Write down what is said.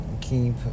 keep